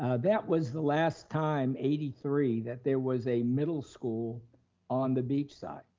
ah that was the last time, eighty three, that there was a middle school on the beach side,